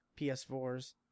PS4s